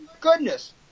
goodness